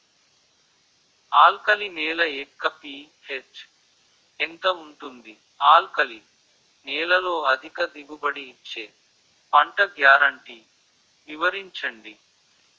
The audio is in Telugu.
ఆల్కలి నేల యెక్క పీ.హెచ్ ఎంత ఉంటుంది? ఆల్కలి నేలలో అధిక దిగుబడి ఇచ్చే పంట గ్యారంటీ వివరించండి?